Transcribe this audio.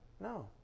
No